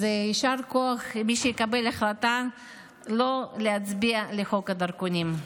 יישר כוח למי שיקבל החלטה לא להצביע לחוק הדרכונים.